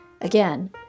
Again